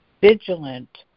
vigilant